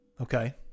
Okay